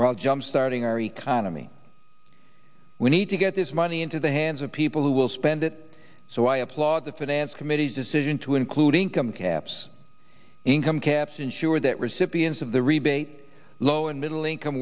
while jump starting our economy we need to get this money into the hands of people who will spend it so i applaud the finance committee's decision to including come caps income caps ensure that recipients of the rebate low and middle inco